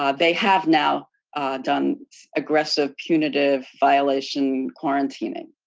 um they have now done aggressive, punitive violation quarantining.